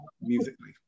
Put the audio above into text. musically